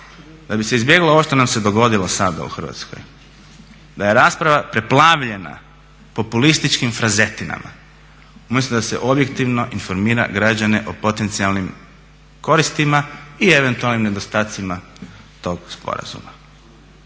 da bi se izbjeglo ovo što nam se dogodilo sada u Hrvatskoj, da je rasprava poplavljena populističkim frazetinama umjesto da se objektivno informira građane o potencijalnim koristima i eventualnim nedostacima tog sporazuma.